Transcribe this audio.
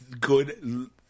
good